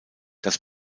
das